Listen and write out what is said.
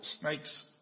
snakes